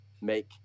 make